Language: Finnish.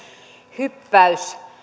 hyppäys